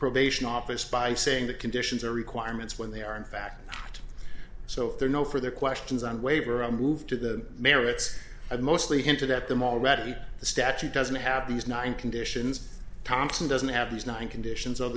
probation office by saying the conditions are requirements when they are in fact so there are no further questions on waiver a move to the merits of mostly hinted at them already the statute doesn't have these nine conditions thompson doesn't have these nine conditions of